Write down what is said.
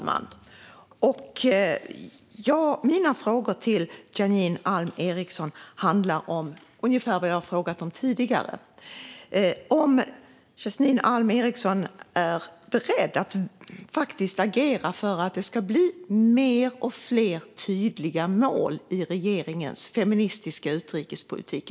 Fru talman! Min fråga till Janine Alm Ericson handlar om ungefär vad jag har frågat om tidigare. Är Janine Alm Ericson beredd att agera för att det ska bli fler och mer tydliga mål i regeringens feministiska utrikespolitik?